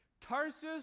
Tarsus